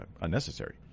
unnecessary